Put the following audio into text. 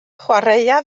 chwaraea